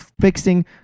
fixing